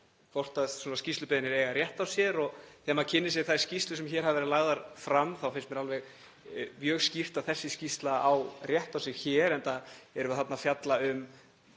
svona skýrslubeiðnir eigi rétt á sér. Þegar maður kynnir sér þær skýrslur sem hér hafa verið lagðar fram þá finnst mér alveg mjög skýrt að þessi skýrsla á rétt á sér hér, enda erum við þarna að fjalla um